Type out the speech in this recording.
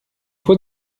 faut